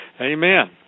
Amen